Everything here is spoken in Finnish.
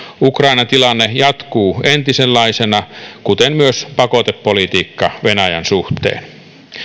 ukrainan tilanne jatkuu entisenlaisena kuten myös pakotepolitiikka venäjän suhteen